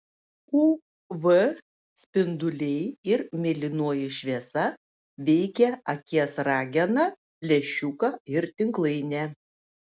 uv spinduliai ir mėlynoji šviesa veikia akies rageną lęšiuką ir tinklainę